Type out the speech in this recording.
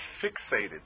fixated